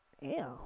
ew